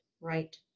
right